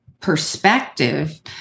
perspective